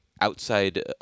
outside